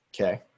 Okay